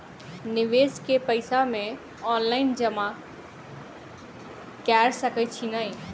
निवेश केँ पैसा मे ऑनलाइन जमा कैर सकै छी नै?